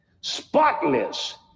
spotless